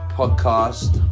podcast